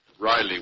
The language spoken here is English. Riley